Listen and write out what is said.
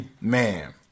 man